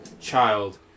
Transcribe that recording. child